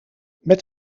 met